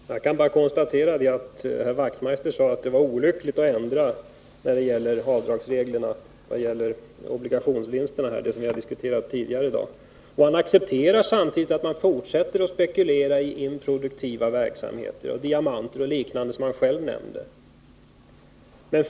Herr talman! Jag kan bara konstatera att herr Wachtmeister sade att det var olyckligt att ändra avdragsreglerna för obligationsvinsterna, som vi har diskuterat tidigare i dag. Men samtidigt accepterar han fortsatt spekulation i improduktiva verksamheter, i diamanter och liknande objekt som han själv nämnde.